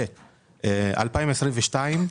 ל-2022,